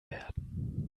werden